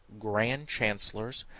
grand chancellors,